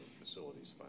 facilities